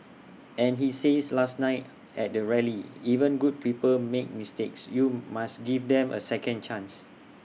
and he says last night at the rally even good people make mistakes you must give them A second chance